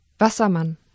Wassermann